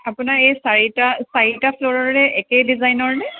আপোনাৰ এই চাৰিটা চাৰিটা ফ্ল'ৰৰে একে ডিজাইনৰ নে